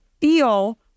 feel